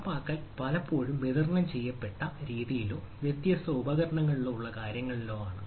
നടപ്പാക്കൽ പലപ്പോഴും വിതരണം ചെയ്യപ്പെട്ട രീതിയിലോ വ്യത്യസ്ത ഉപകരണങ്ങളിലോ ഉള്ള കാര്യങ്ങളിലോ ആണ്